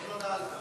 עוד לא נעלת.